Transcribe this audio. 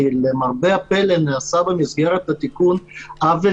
כי למרבה הפלא נעשה במסגרת התיקון עוול